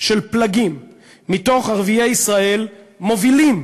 של פלגים מתוך ערביי ישראל מובילים